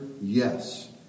yes